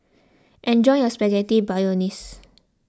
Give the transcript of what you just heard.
enjoy your Spaghetti Bolognese